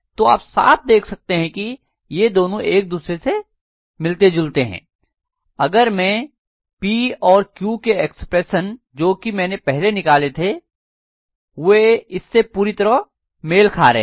तो आप साफ़ देख सकते हैं कि ये दोनों एक दूसरे से मिलते जुलते हैं अगर मैं P और Q के एक्सप्रेशन जो की मैंने पहले निकाले थे वे इससे पूरी तरह मेल खा रहे हैं